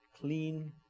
clean